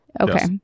Okay